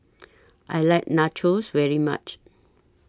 I like Nachos very much